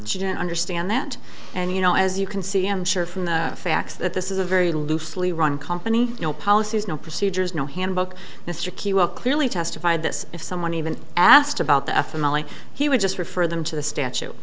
honor she didn't understand that and you know as you can see i'm sure from the facts that this is a very loosely run company no policies no procedures no handbook mr key will clearly testify this if someone even asked about the f m a like he would just refer them to the statu